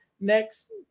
next